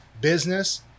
business